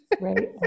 right